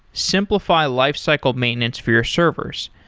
simplify lifecycle maintenance for your servers.